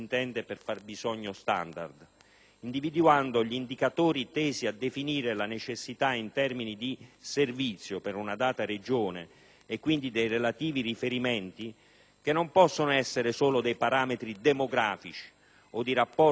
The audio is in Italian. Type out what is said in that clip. individuando gli indicatori tesi a definire la necessità in termini di servizio per una data Regione (e quindi dei relativi riferimenti), che non possono essere solo dei parametri demografici o di rapporto tra dipendenti pubblici e residenti,